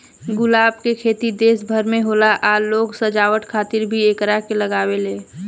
गुलाब के खेती देश भर में होला आ लोग सजावट खातिर भी एकरा के लागावेले